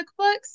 cookbooks